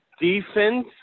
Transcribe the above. defense